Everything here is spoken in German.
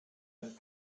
ein